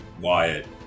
Wyatt